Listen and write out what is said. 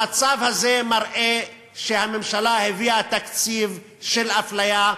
המצב הזה מראה שהממשלה הביאה תקציב של אפליה.